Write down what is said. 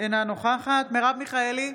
אינה נוכחת מרב מיכאלי,